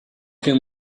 can